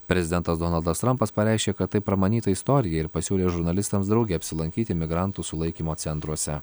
prezidentas donaldas trampas pareiškė kad tai pramanyta istorija ir pasiūlė žurnalistams drauge apsilankyti migrantų sulaikymo centruose